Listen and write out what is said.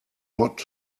not